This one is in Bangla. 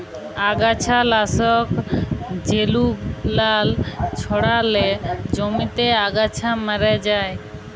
আগাছা লাশক জেগুলান ছড়ালে জমিতে আগাছা ম্যরে যায়